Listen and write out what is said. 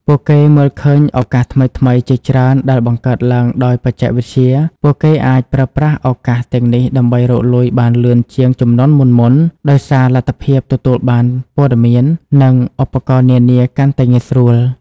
ពួកគេមើលឃើញឱកាសថ្មីៗជាច្រើនដែលបង្កើតឡើងដោយបច្ចេកវិទ្យា ពួកគេអាចប្រើប្រាស់ឱកាសទាំងនេះដើម្បីរកលុយបានលឿនជាងជំនាន់មុនៗ ដោយសារលទ្ធភាពទទួលបានព័ត៌មាន និងឧបករណ៍នានាកាន់តែងាយស្រួល។